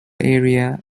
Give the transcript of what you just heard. area